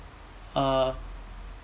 uh